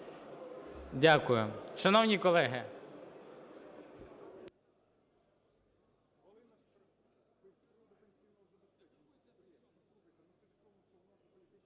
Дякую. Шановні колеги!